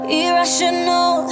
irrational